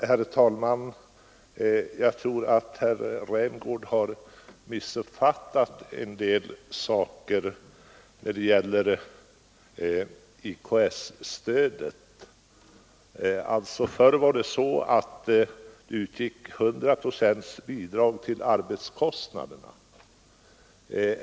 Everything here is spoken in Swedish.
Herr talman! Jag tror att herr Rämgård har missuppfattat en del saker när det gäller IKS-stödet. Förr utgick det ett bidrag på 100 procent av lönekostnaderna.